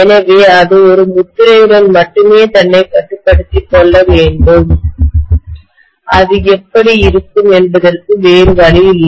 எனவே அது ஒரு முத்திரையுடன் மட்டுமே தன்னைக் கட்டுப்படுத்திக் கொள்ள வேண்டும் அது எப்படி இருக்கும் என்பதற்கு வேறு வழியில்லை